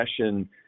session